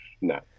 No